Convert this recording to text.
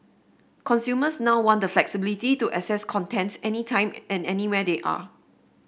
consumers now want the flexibility to access content any time and anywhere they are